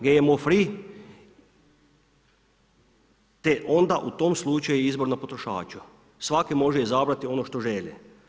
GMO free, te onda u tom slučaju je izbor na potrošaču, svaki može izabrati ono što želi.